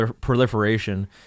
proliferation